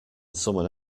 someone